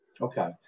Okay